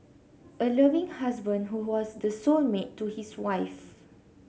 a loving husband who was the soul mate to his wife